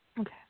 Okay